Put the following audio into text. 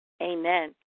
Amen